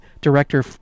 director